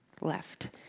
left